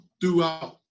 throughout